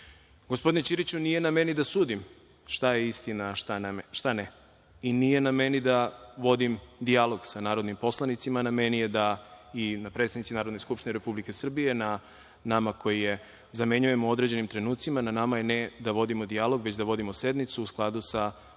Jerkov. Gospodine Ćiriću, nije na meni da sudim šta je istina, a šta ne. Nije na meni da vodim dijalog sa narodnim poslanicima. Na meni je i na predsednici Narodne skupštine Republike Srbije, na nama koji je zamenjujemo u određenim trenucima, ne da vodimo dijalog, već da vodimo sednicu u skladu sa Poslovnikom